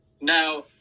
now